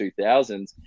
2000s